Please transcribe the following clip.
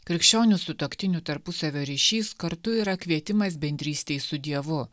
krikščionių sutuoktinių tarpusavio ryšys kartu yra kvietimas bendrystei su dievu